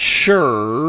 sure